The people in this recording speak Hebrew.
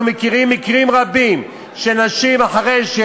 אנחנו מכירים מקרים רבים שאחרי שנשים